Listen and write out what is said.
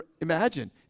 imagine